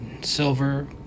silver